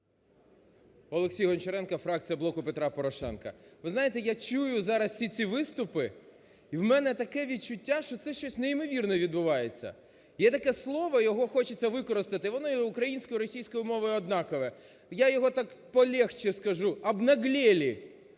Олексій Гончаренко, фракція "Блоку Петра Порошенка". Ви знаєте, я чую зараз всі ці виступи і в мене таке відчуття, що це щось неймовірне відбувається. Є таке слово, його хочеться використати, воно і українською, і російською мовою однакове, я його так полегше скажу: обнаглели.